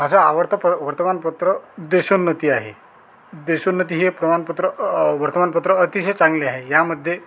माझं आवडतं प वर्तमानपत्र देशोन्नती आहे देशोन्नती हे प्रमाणपत्र वर्तमानपत्र अतिशय चांगले आहे यामध्ये